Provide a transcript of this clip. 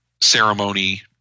ceremony